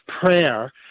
prayer